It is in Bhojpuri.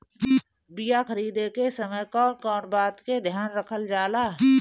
बीया खरीदे के समय कौन कौन बात के ध्यान रखल जाला?